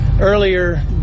earlier